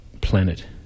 planet